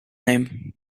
name